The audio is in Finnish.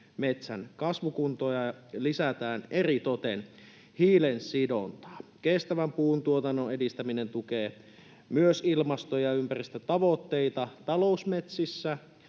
metsän kasvukuntoa ja lisätään eritoten hiilensidontaa. Kestävän puuntuotannon edistäminen tukee myös ilmasto- ja ympäristötavoitteita talousmetsissä,